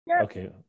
Okay